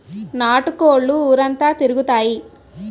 నాటు కోళ్లు ఊరంతా తిరుగుతాయి